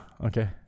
Okay